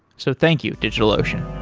so thank you, digitalocean